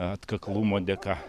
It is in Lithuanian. atkaklumo dėka